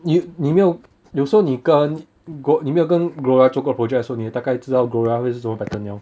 你你没有有时候你跟 glo~ 你没有跟 gloria 做过 project 的时候你大概知道 gloria 会是什么 pattern liao